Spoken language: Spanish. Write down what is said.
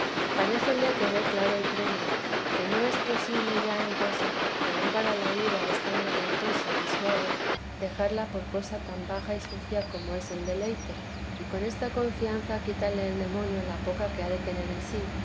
parécele que ve claro el premio que no es posible ya en cosa que aun para la vida es tan deleitosa y suave dejarla por cosa tan baja y sucia como es el deleite y con esta confianza quítale el demonio la poca que ha de tener de sí y como